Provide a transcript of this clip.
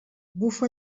bufa